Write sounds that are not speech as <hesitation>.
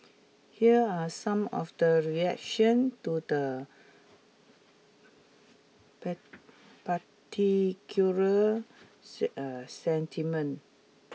here are some of the reaction to the <unintelligible> particular <hesitation> sentiment